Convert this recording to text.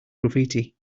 graffiti